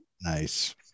Nice